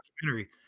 documentary